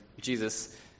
Jesus